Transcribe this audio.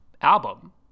album